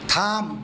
থাম